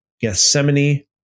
Gethsemane